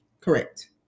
Correct